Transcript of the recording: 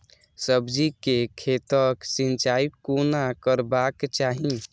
सब्जी के खेतक सिंचाई कोना करबाक चाहि?